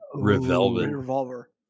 Revolver